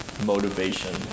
motivation